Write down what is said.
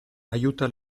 aiuta